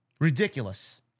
Ridiculous